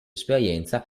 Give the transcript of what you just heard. esperienza